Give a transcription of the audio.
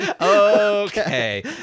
okay